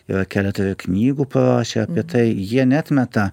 jo keletą knygų parašė apie tai jie neatmeta